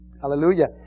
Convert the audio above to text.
Hallelujah